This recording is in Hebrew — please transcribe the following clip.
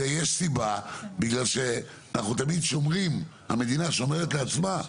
יש סיבה בגלל שהמדינה שומרת לעצמה.